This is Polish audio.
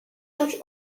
czuć